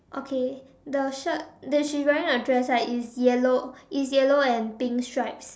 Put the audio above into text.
okay the shirt the she's wearing a dress right is yellow is yellow and pink stripes